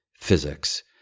physics